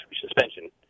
suspension